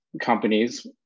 companies